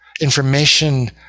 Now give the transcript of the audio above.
information